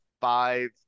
five